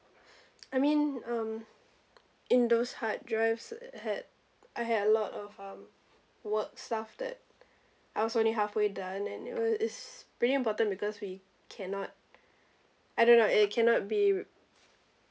I mean um in those hard drives it had I had a lot of um work stuff that I was only halfway done and you know it's pretty important because we cannot I don't know it cannot be